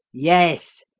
yes!